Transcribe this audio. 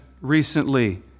recently